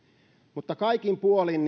mutta kaikin puolin